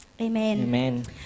Amen